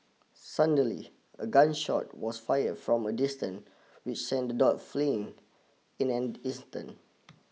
suddenly a gun shot was fired from a distance which sent dog fleeing in an instant